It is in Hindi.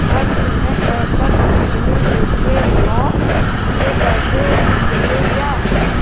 रवि तुम्हें ट्रैक्टर खरीदने के लिए ब्लॉक से पैसे मिले क्या?